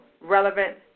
relevant